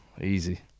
Easy